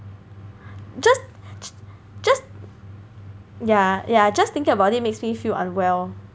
just just ya ya just thinking about it makes me feel unwell